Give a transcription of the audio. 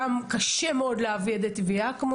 וכמו שציינת, קשה מאוד להביא עדי תביעה.